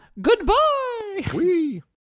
goodbye